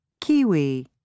Kiwi